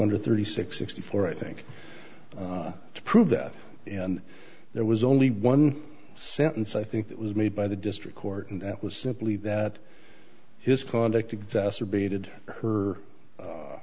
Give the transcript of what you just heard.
under thirty six sixty four i think to prove that and there was only one sentence i think that was made by the district court and it was simply that his product exacerbated her